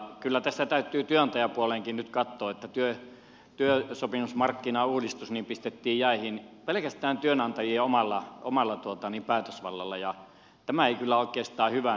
kyllä tässä täytyy työnantajan puoleenkin nyt katsoa että työsopimusmarkkinauudistus pistettiin jäihin pelkästään työnantajien omalla päätösvallalla ja tämä ei oikeastaan hyvää näyttele myöskään